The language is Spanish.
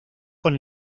con